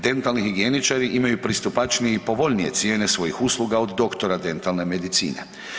Dentalni higijeničari imaju pristupačnije i povoljnije cijene svojih usluga od doktora dentalne medicine.